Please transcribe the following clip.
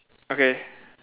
okay